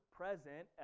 present